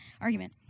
argument